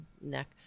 neck